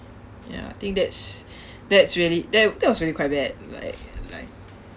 ya I think that's that's really that that was really quite bad like like